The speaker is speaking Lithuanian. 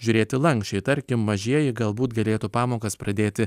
žiūrėti lanksčiai tarkim mažieji galbūt galėtų pamokas pradėti